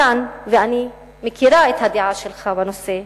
מכאן, ואני מכירה את הדעה שלך בנושא,